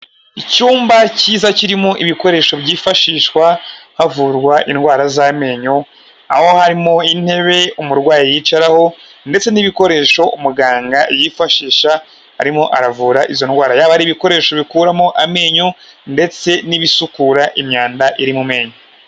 Icyumba cyiza kirimo ibikoresho byifashishwa havurwa indwara z'amenyo aho harimo intebe umurwayi yicaraho ndetse n'ibikoresho umuganga yifashisha arimo aravura izo ndwara yaba ari ibikoresho bikuramo amenyo ndetse n'ibisukura imyanda iri mu menyo.